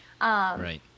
Right